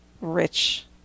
rich